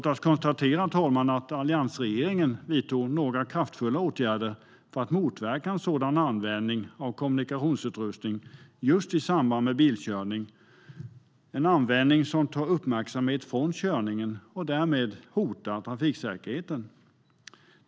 Låt oss konstatera att alliansregeringen vidtog några kraftfulla åtgärder för att motverka en sådan användning av kommunikationsutrustning just i samband med bilkörning som tar uppmärksamhet från körningen och därmed hotar trafiksäkerheten.